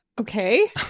Okay